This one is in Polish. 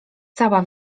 cała